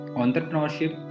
entrepreneurship